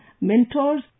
mentors